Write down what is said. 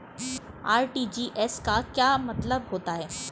RTGS का क्या मतलब होता है?